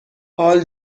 حال